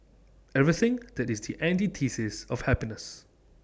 everything that is the antithesis of happiness